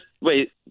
wait